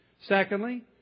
Secondly